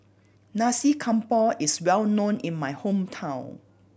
Nasi Campur is well known in my hometown